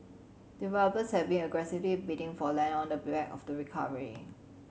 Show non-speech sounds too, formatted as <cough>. developers have been aggressively bidding for land on the <unintelligible> of the recovery